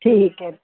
ठीक है